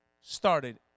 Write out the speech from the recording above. started